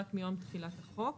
רק מיום תחילת החוק.